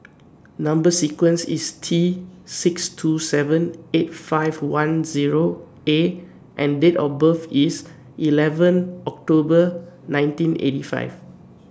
Number sequence IS T six two seven eight five one Zero A and Date of birth IS eleven October nineteen eighty five